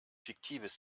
fiktives